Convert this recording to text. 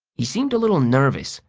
he seemed a little nervous.